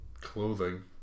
Clothing